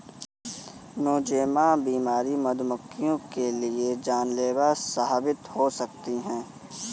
Nosema बीमारी मधुमक्खियों के लिए जानलेवा साबित हो सकती है